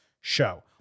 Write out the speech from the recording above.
show